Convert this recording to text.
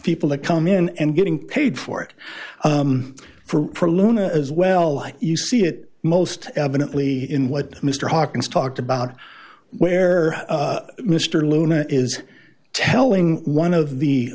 people to come in and getting paid for it for luna as well you see it most evidently in what mr hawkins talked about where mr luna is telling one of the